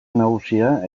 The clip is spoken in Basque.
nagusia